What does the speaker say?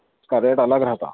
اِس کا ریٹ الگ رہتا